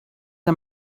der